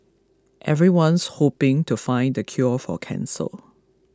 everyone's hoping to find the cure for cancer